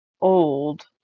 old